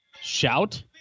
shout